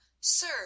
Sir